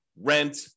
rent